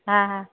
हा हा